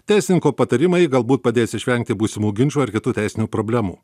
teisininko patarimai galbūt padės išvengti būsimų ginčų ar kitų teisinių problemų